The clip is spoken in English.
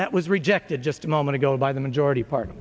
that was rejected just a moment ago by the majority part